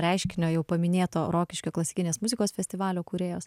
reiškinio jau paminėto rokiškio klasikinės muzikos festivalio kūrėjos